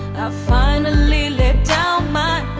finally let down my